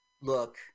look